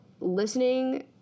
listening